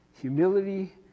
humility